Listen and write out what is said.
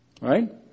Right